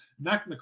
Mac